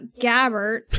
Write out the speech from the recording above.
Gabbert